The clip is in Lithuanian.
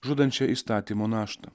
žudančią įstatymo naštą